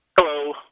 Hello